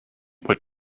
what